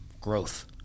Growth